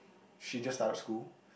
she just started school